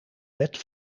wet